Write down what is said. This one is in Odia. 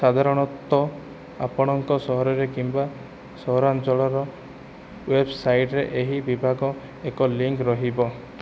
ସାଧାରଣତଃ ଆପଣଙ୍କ ସହର କିମ୍ବା ସହରାଞ୍ଚଳର ୱେବସାଇଟ୍ରେ ଏହି ବିଭାଗର ଏକ ଲିଙ୍କ ରହିବ